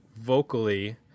vocally